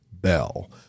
Bell